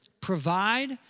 Provide